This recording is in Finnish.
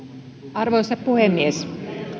arvoisa puhemies